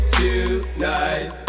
tonight